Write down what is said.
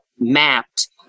mapped